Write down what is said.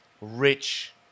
rich